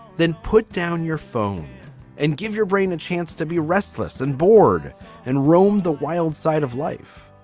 then put down your phone and give your brain a chance to be restless and bored and roam the wild side of life